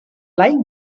like